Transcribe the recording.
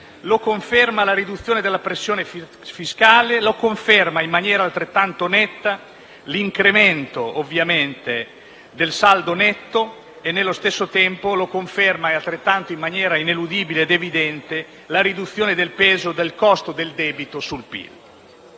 lo conferma la riduzione della pressione fiscale; lo conferma, in maniera altrettanto netta, l'incremento del saldo netto e, nello stesso tempo, lo conferma e altrettanto in maniera ineludibile ed evidente la riduzione del peso del costo del debito sul PIL.